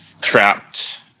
trapped